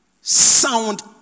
Sound